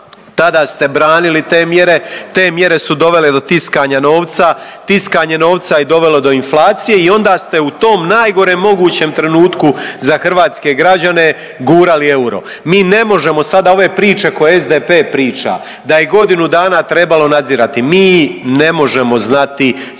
tada ste branile te mjere, te mjere su dovele do tiskanja novca, tiskanje novca je dovelo do inflacije i onda ste u tom najgorem mogućem trenutku za hrvatske građane gurali euro. Mi ne možemo sada ove priče koje SDP priča da je godinu dana trebalo nadzirati, mi ne možemo znati zbog